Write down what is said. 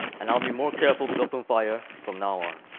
and i will be more careful with open fire from now on.